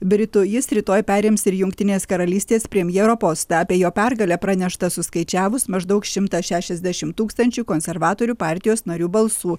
britų jis rytoj perims ir jungtinės karalystės premjero postą apie jo pergalę pranešta suskaičiavus maždaug šimtą šešiasdešim tūkstančių konservatorių partijos narių balsų